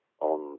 on